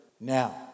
Now